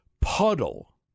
puddle